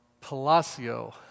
Palacio